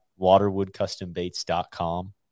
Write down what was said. waterwoodcustombaits.com